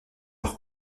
leur